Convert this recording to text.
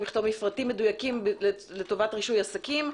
לכתוב מפרטים מדויקים לטובת רישוי עסקים,